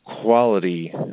quality